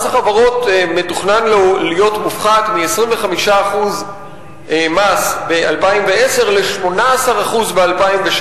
מס החברות מתוכנן להיות מופחת מ-25% מס ב-2010 ל-18% ב-2016.